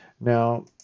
Now